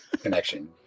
connection